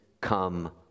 come